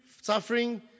suffering